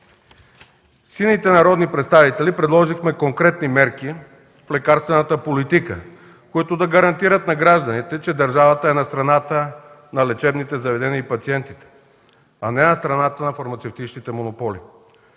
Сините народни представители предложихме конкретни мерки в лекарствената политика, които да гарантират на гражданите, че държавата е на страната на лечебните заведения и пациентите, а не на страната на фармацевтичните монополи.